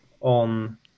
on